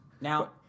Now